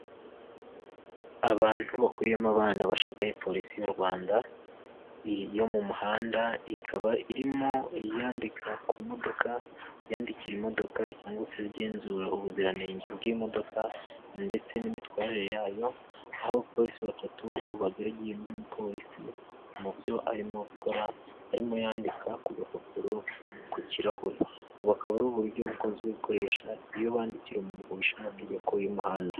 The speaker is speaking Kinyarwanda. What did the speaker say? Abantu bakubiyemo abana, bashagaye polisi y'u Rwanda yo mu muhanda, ikaba irimo yandika ku modoka, yandikira imodoka cyangwa se igenzura ubuziranenge bw'imodoka, ndetse n'imitwarire yayo. Abapolisi batatu bagaragiye undi mupolisi mu byo arimo akora arimo yandika ku gapapuro ku kirahure. Ubu akaba ari uburyo bukunze gukoreshwa iyo bandikira umuntu wishe amategeko y'umuhanda.